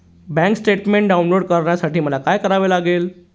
Bank statement download करण्यासाठी मला काय करावे लागेल?